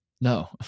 No